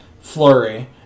flurry